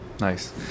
Nice